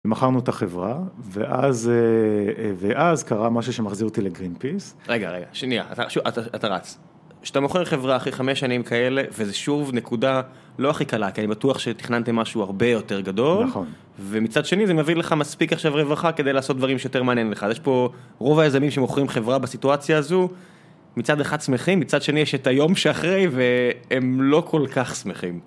ומכרנו את החברה ואז קרה משהו שמחזיר אותי לגרין פיס. רגע, רגע, שנייה, אתה רץ. כשאתה מוכר חברה אחרי חמש שנים כאלה, וזה שוב נקודה לא הכי קלה, כי אני בטוח שתכננתם משהו הרבה יותר גדול. נכון. ומצד שני זה מביא לך מספיק עכשיו רווחה כדי לעשות דברים שיותר מעניינים לך. אז יש פה רוב היזמים שמוכרים חברה בסיטואציה הזו, מצד אחד שמחים, מצד שני יש את היום שאחרי והם לא כל כך שמחים.